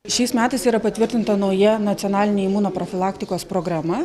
šiais metais yra patvirtinta nauja nacionalinė imunoprofilaktikos programa